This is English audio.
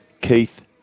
Keith